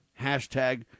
Hashtag